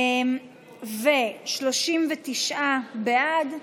39 בעד,